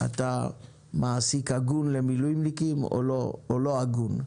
אתה מעסיק הגון למילואימניקים או לא הגון.